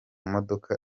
modoka